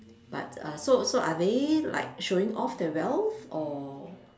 but err so so are they like showing off their wealth or